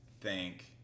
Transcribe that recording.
thank